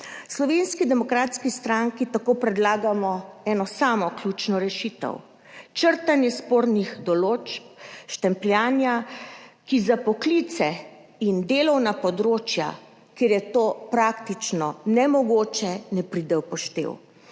Slovenski demokratski stranki tako predlagamo eno samo ključno rešitev, črtanje spornih določb štempljanja, ki za poklice in delovna področja, kjer je to praktično nemogoče, ne pride v poštev.